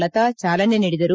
ಲತಾ ಚಾಲನೆ ನೀಡಿದರು